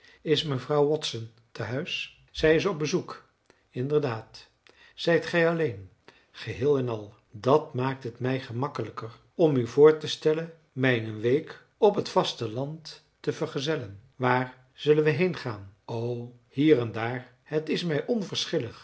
is mevrouw watson te huis zij is op bezoek inderdaad zijt gij alleen geheel en al dat maakt het mij gemakkelijker om u voor te stellen mij een week op het vasteland te vergezellen waar zullen we heen gaan o hier of daar het is mij